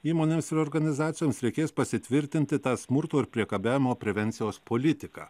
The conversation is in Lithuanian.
įmonėms ir organizacijoms reikės pasitvirtinti tą smurto ir priekabiavimo prevencijos politiką